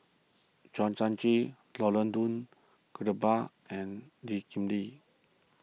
Thio Chan Laurence Nunns Guillemard and Lee Kip Lee